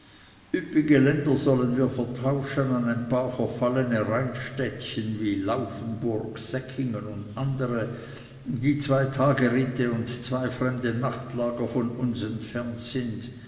üppige länder sollen wir vertauschen an ein paar verfallene rheinstädtchen wie lauffenburg säckingen und andere die zwei tagritte und zwei fremde nachtlager von uns entfernt sind